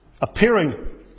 appearing